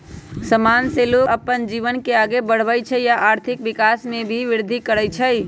समान से लोग अप्पन जीवन के आगे बढ़वई छई आ आर्थिक विकास में भी विर्धि करई छई